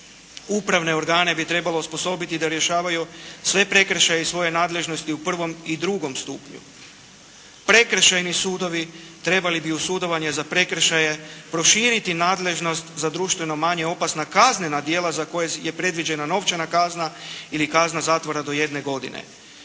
Upravne organe bi trebalo osposobiti da rješavaju sve prekršaje iz svoje nadležnosti u prvom i drugom stupnju. Prekršajni sudovi trebali bi uz sudovanje za prekršaje proširiti nadležnost za društveno manje opasna kaznena djela za koje je predviđena novčana kazna ili kazna zatvora do jedne godine.